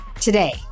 today